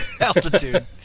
Altitude